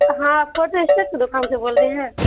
ہاں آپ photostat کے دکان سے بول رہے ہیں